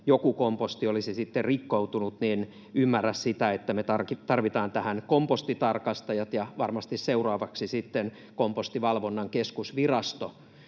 joku komposti olisi rikkoutunut, ymmärrä, että me tarvitaan tähän kompostitarkastajat ja varmasti seuraavaksi sitten kompostivalvonnan keskusvirasto.